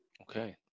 Okay